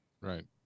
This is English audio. Right